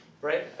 Right